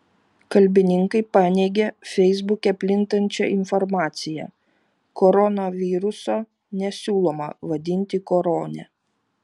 kalbininkai paneigė feisbuke plintančią informaciją koronaviruso nesiūloma vadinti korone